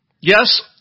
Yes